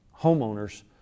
homeowners